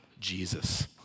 Jesus